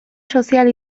sozial